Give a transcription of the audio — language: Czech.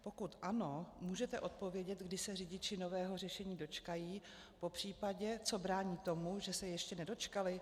Pokud ano, můžete odpovědět, kdy se řidiči nového řešení dočkají, popřípadě co brání tomu, že se ještě nedočkali?